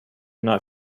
not